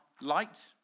light